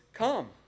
come